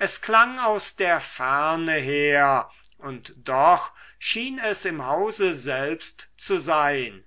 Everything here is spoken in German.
es klang aus der ferne her und doch schien es im hause selbst zu sein